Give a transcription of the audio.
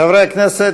חברי הכנסת,